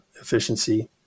efficiency